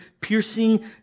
piercing